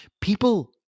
People